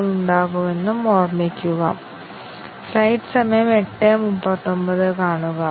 ആദ്യ കണ്ടിഷൻ അടിസ്ഥാനമാക്കിയാണ് തീരുമാന ഫലം കണക്കാക്കുന്നത്